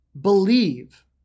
believe